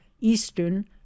eastern